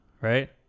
right